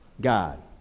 God